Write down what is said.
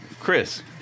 Chris